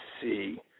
see